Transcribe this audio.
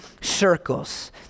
circles